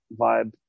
vibe